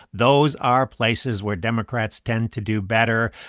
those are places where democrats tend to do better.